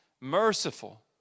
merciful